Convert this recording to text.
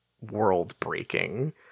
world-breaking